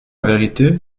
vérité